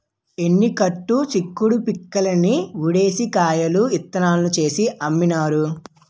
ఎన్ని కట్టు చిక్కుడు పిక్కల్ని ఉడిసి కాయల్ని ఇత్తనాలు చేసి అమ్మినారు